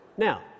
Now